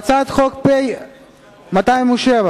פ/207,